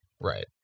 Right